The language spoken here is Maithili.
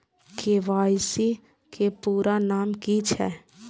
के.वाई.सी के पूरा नाम की छिय?